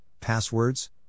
passwords